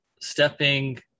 stepping